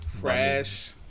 Fresh